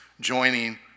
joining